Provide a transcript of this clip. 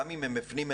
גם אם הם בפנים,